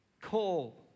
call